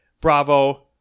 Bravo